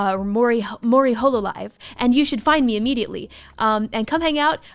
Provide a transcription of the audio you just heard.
ah maury, maury, hololive. and you should find me immediately and come hang out,